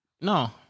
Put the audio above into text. No